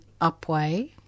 Upway